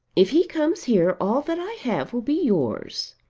if he comes here, all that i have will be yours.